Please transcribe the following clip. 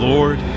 Lord